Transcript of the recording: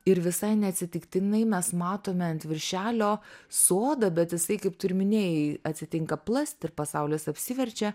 ir visai neatsitiktinai mes matome ant viršelio sodą bet jisai kaip tu ir minėjai atsitinka plast ir pasaulis apsiverčia